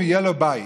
יהיה לו בית.